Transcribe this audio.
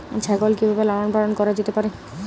ছাগল কি ভাবে লালন পালন করা যেতে পারে?